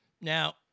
Now